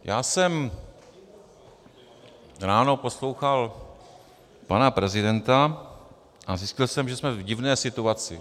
Já jsem ráno poslouchal pana prezidenta a zjistil jsem, že jsme v divné situaci.